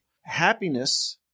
happiness